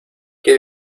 qué